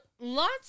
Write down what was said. lots